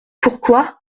pourquoi